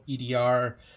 edr